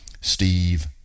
steve